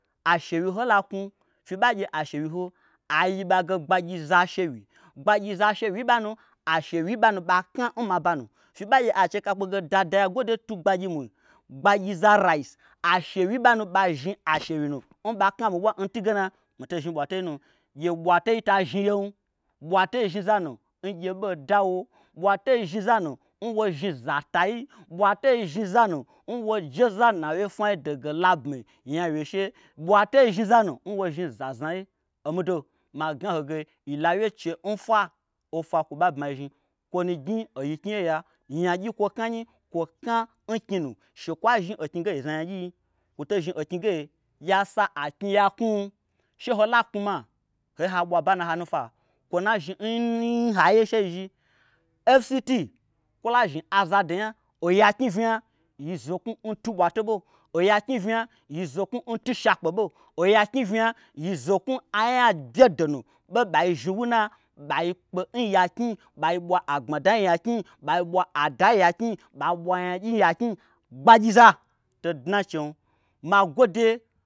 A shewyi hola knwu fyebe gye a shewyi ho aiyi ɓa ge gbagyiza ashewyi gbagyiza ashewyii nɓanu ashewyi nɓanu. ɓa kna n mabanu. Fye ɓa gye ai chekakpe ge dada ya gwode tu gbagyi mwui gbagyiza rice ashewyii n ɓanu ɓa zhni ashewyinu n ɓa kna n miɓwa ntungena mitei zhni ɓwateinum gye ɓwatei ta zhni yem ɓwatei zhni zanu n gye ɓei dawo, ɓwatei zhni zanu n wozhni zatai, ɓwatei zhni zanu n wojeza nna wyefwnai dege labmi. nya wyeshe, ɓwatei zhni zanu n wo zhni znaznai. Omi do magnaho ge yila wyeche n fwa ofwa kwo ɓa bmayizhni kwonu gnyi oyi knyiye. ya nyagyi nkwo knanyi kwo kna n knyinu shekwo'a zhni oknyi ge yi zna nyagyi nyi wo to zhni oknyi ge yasa aknyi ya knwum, she hola knwu ma hoye haɓwa aɓa nna hanu fwa kwo nu'azhni n haiye she yi zhi fct kwola zhni azado nya oyaknyi vnya yi zoknwu n tu n ɓwato ɓo. oyaknyi vnya yi zoknwu n tu n shakpe ɓo. oyaknyi vnya yi zoknwu anyabyedo nu ɓe ɓai zhni wuna ɓai kpe n yaknyi bai bwa agbmada n yaknyi ɓai bwa ada n yaknyi ɓai ɓwa nyagyi nya knyi gbagyiza tei dna nchem magwode